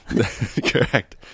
Correct